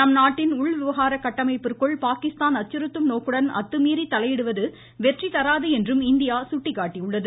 நம்நாட்டின் உள்விவகார கட்டமைப்பிற்குள் பாகிஸ்தான் அச்சுறுத்தும் நோக்குடன் அத்துமீறி தலையிடுவது வெற்றிதராது என்றும் இந்தியா சுட்டிக்காட்டியுள்ளது